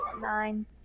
nine